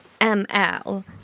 ML